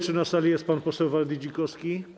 Czy na sali jest pan poseł Waldy Dzikowski?